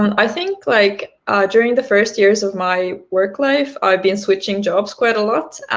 um i think like during the first years of my work life, i've been switching jobs quite a lot.